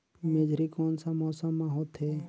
मेझरी कोन सा मौसम मां होथे?